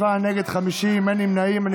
בעד 47, נגד, 50, אין נמנעים.